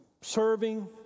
serving